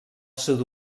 sud